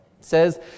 says